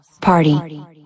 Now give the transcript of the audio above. Party